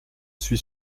suis